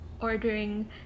ordering